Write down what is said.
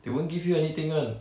they won't give you anything one